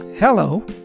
Hello